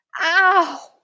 Ow